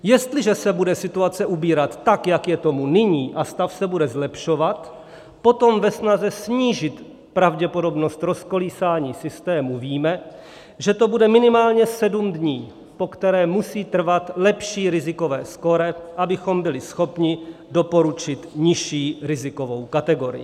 Jestliže se bude situace ubírat tak, jak je tomu nyní, a stav se bude zlepšovat, potom ve snaze snížit pravděpodobnost rozkolísání systému víme, že to bude minimálně sedm dní, po které musí trvat lepší rizikové skóre, abychom byli schopni doporučit nižší rizikovou kategorii.